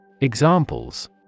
Examples